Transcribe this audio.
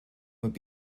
would